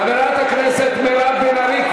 חברת הכנסת מירב בן ארי,